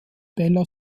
bella